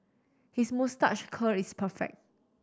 his moustache curl is perfect